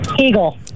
Eagle